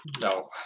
No